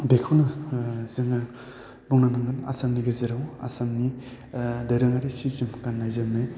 बेखौनो जोङो बुंनांगोन आसामनि गेजेराव आसामनि दोरोङारि सि जोम गाननाय जोमनाय